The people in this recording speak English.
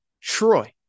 Troy